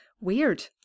weird